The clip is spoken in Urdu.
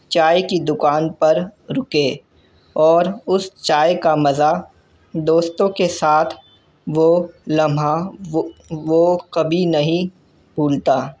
چائے کی دکان پر رکے اور اس چائے کا مزہ دوستوں کے ساتھ وہ لمحہ وہ کبھی نہیں بھولتا